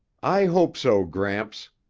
i hope so, gramps,